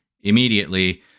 immediately